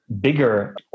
bigger